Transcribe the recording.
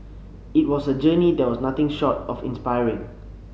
it was a journey that was nothing short of inspiring